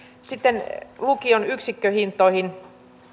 sitten lukion yksikköhintoihin